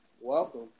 Welcome